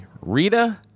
Rita